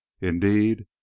indeed